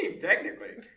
Technically